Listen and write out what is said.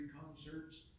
concerts